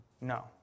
No